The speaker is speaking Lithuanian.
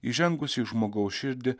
įžengusi į žmogaus širdį